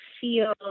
feel